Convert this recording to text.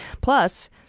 Plus